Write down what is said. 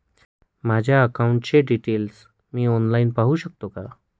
माझ्या अकाउंटचे डिटेल्स मी ऑनलाईन पाहू शकतो का?